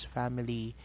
family